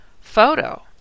photo